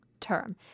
term